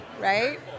right